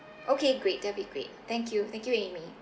okay great that'll be great thank you thank you amy